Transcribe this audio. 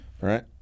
right